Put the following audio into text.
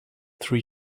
three